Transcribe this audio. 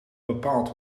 bepaald